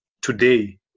today